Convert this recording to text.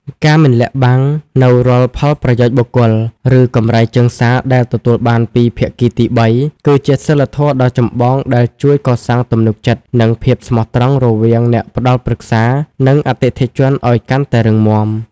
ការមិនលាក់បាំងនូវរាល់ផលប្រយោជន៍បុគ្គល ឬកម្រៃជើងសារដែលទទួលបានពីភាគីទីបី គឺជាសីលធម៌ដ៏ចម្បងដែលជួយកសាងទំនុកចិត្ត និងភាពស្មោះត្រង់រវាងអ្នកផ្ដល់ប្រឹក្សា និងអតិថិជនឱ្យកាន់តែរឹងមាំ។